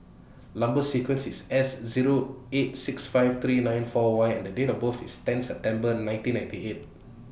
Number sequence IS S Zero eight six five three nine four Y and Date of birth IS ten September nineteen ninety eight